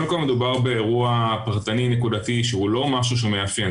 קודם כל מדובר באירוע פרטני-נקודתי שהוא לא משהו שמאפיין.